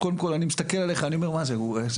אז קודם כל אני מסתכל עליך, לא יאומן.